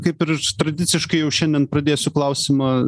kaip ir tradiciškai jau šiandien pradėsiu klausimą